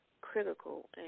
critical